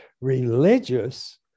religious